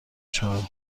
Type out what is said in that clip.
چهار